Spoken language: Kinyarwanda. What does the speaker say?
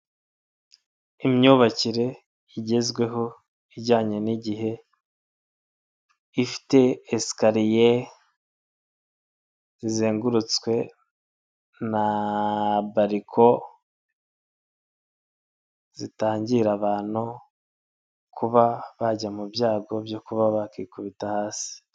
Imyubakire igezweho ijyanye n'igihe, ifite esikariye zizengurutswe na bariko zitangira abantu kuba bajya mu byago byo kuba bakikubita hasi.